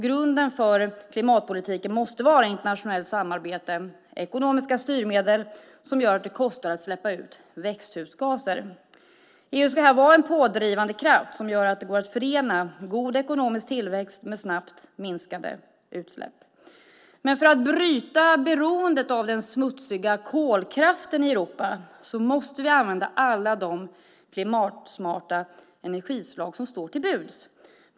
Grunden för klimatpolitiken måste vara internationellt samarbete och ekonomiska styrmedel som gör att det kostar att släppa ut växthusgaser. EU ska här vara en pådrivande kraft som gör att det går att förena god ekonomisk tillväxt med snabbt minskade utsläpp. För att bryta beroendet av den smutsiga kolkraften i Europa måste vi använda alla de klimatsmarta energislag som står till buds.